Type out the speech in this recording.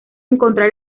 encontrar